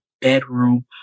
bedroom